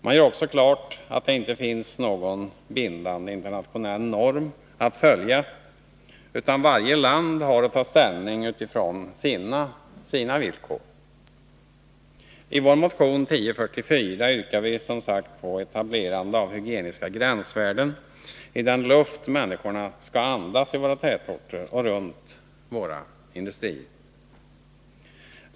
Man gör också klart att det inte finns någon bindande internationell norm att följa, utan att varje land har att ta ställning utifrån sina villkor. I vår motion 1044 yrkar vi som sagt på etablerande av hygieniska gränsvärden i den luft som människorna skall andas i våra tätorter och runt våra industrier.